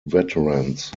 veterans